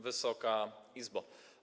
Wysoka Izbo!